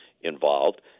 involved